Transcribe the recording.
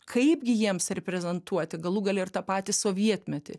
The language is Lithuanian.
kaipgi jiems reprezentuoti galų gale ir tą patį sovietmetį